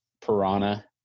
Piranha